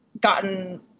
gotten